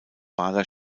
bader